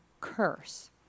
curse